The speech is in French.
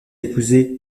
épousé